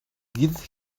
give